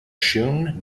shun